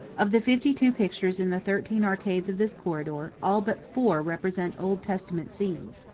of the fifty-two pictures in the thirteen arcades of this corridor all but four represent old testament scenes.